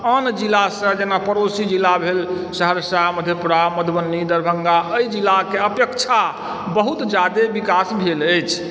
आन जिलासँ जेना पड़ोसी जिला भेल सहरसा मधेपुरा मधुबनी दरभङ्गा एहि जिलाके अपेक्षा बहुत जादे विकास भेल अछि